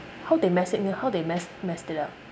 how they mess it eh how they mess messed it up